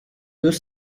deux